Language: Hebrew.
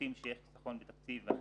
צופים שיהיה חיסכון בתקציב החל